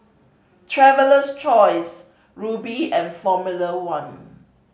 Traveler's Choice Rubi and Formula One